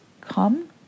come